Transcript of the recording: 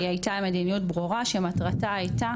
היא הייתה מדיניות ברורה שמטרתה הייתה